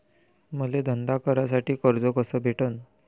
मले धंदा करासाठी कर्ज कस भेटन?